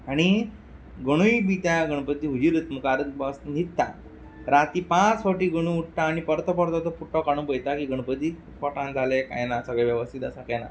आणी गणूय बी त्या गणपती हुजीरूच मुखारूच न्हिदता राती पांच पावटी गणू उठ्ठा आनी परतो परतो तो कुडको काडून पयता की गणपतीक पोटांत जालें कांय ना सगळें वेवस्थीत आसा कांय ना